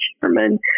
chairman